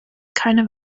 keine